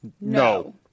No